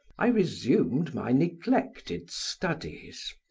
i resumed my neglected studies,